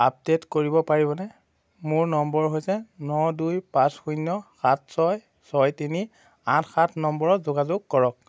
update কৰিব পাৰিবনে মোৰ নম্বৰ হৈছে ন দুই পাঁচ শূন্য সাত ছয় ছয় তিনি আঠ সাত নম্বৰত যোগাযোগ কৰক